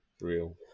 real